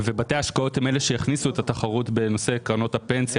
ובתי ההשקעות הם אלה שהכניסו את התחרות בנושא קרנות הפנסיה